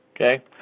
Okay